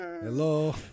Hello